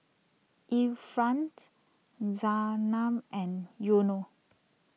Irfan's Zaynab and Yunos